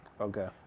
Okay